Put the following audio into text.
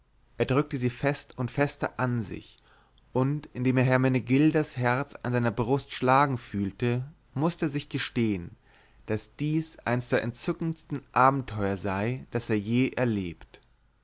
er drückte sie fest und fester an sich und indem er hermenegildas herz an seiner brust schlagen fühlte mußte er sich gestehen daß dies eins der entzückendsten abenteuer sei das er je erlebt